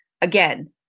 again